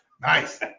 Nice